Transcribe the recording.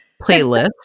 playlist